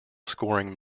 scoring